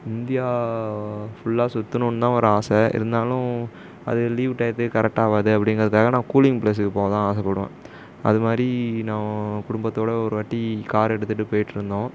India ஃபுல்லா சுற்றணுன் தான் ஒரு ஆசை இருந்தாலும் அது லீவ் டையத்துக்கு கரெக்டாவாது அப்படிங்கிறதுக்காக நான் கூலிங் ப்ளேஸுக்கு போக தான் ஆசைப்படுவேன் அதுமாதிரி நான் குடும்பத்தோடய ஒரு வாட்டி கார் எடுத்துகிட்டு போயிட்டுருந்தோம்